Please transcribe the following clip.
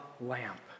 lamp